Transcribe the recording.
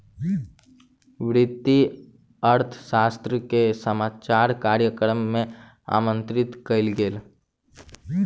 वित्तीय अर्थशास्त्री के समाचार कार्यक्रम में आमंत्रित कयल गेल